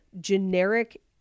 generic